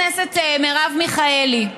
חברת הכנסת מרב מיכאלי,